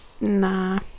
nah